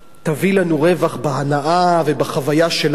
יביאו לנו רווח בהנאה ובחוויה שלנו